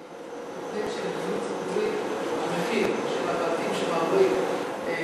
בלי תוכנית של דיור ציבורי המחיר של הבתים שמעלים כל